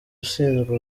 ushinzwe